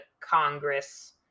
Congress